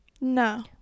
no